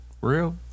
real